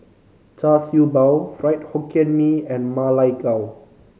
Char Siew Bao Fried Hokkien Mee and Ma Lai Gao